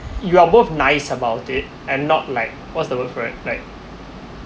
you are both nice about it and not like what's the word for it like